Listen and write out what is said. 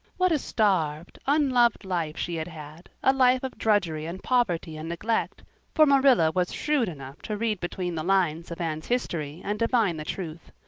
what a starved, unloved life she had had a life of drudgery and poverty and neglect for marilla was shrewd enough to read between the lines of anne's history and divine the truth.